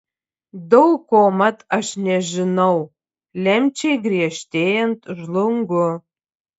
daug ko mat aš nežinau lemčiai griežtėjant žlungu